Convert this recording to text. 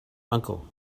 uncle